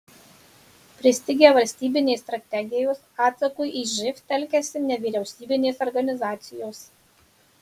pristigę valstybinės strategijos atsakui į živ telkiasi nevyriausybinės organizacijos